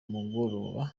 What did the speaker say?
mugoroba